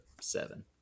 seven